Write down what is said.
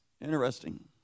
interesting